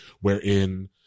wherein